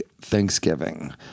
Thanksgiving